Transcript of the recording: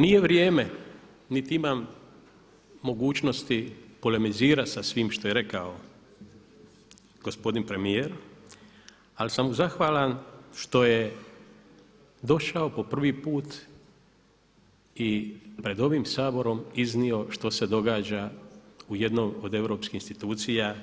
Nije vrijeme niti imam mogućnosti polemizirati sa svim što je rekao gospodin premijer al sam mu zahvalan što je došao po prvi put i pred ovim Saborom iznio što se događa u jednom od europskih institucija